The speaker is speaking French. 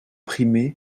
primer